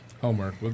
Homework